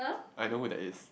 I know who that is